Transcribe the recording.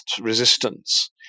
resistance